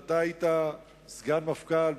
ואתה היית סגן מפכ"ל,